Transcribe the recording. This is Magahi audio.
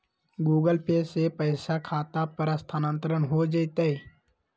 गूगल पे से पईसा खाता पर स्थानानंतर हो जतई?